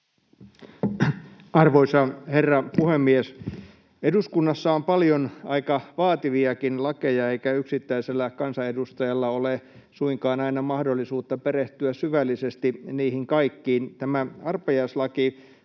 Arvoisa herra puhemies! Eduskunnassa on paljon aika vaativiakin lakeja, eikä yksittäisellä kansanedustajalla ole suinkaan aina mahdollisuutta perehtyä syvällisesti niihin kaikkiin. Tämä arpajaislaki